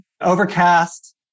overcast